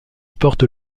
porte